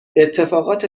اتفاقات